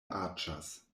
aĉas